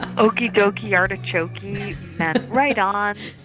okey dokey artichokey meant right on.